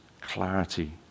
clarity